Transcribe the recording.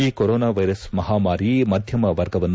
ಈ corona virus ಮಾಹಾಮಾರಿ ಮಧ್ಯಮ ವರ್ಗವನ್ನು